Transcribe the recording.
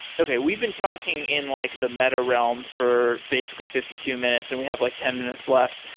okay, we've been talking in like the meta-realm for basically fifty two minutes and we have like ten minutes left,